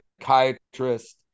psychiatrist